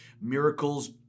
miracles